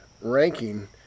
ranking